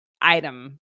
item